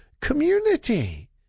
community